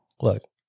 look